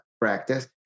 practice